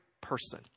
person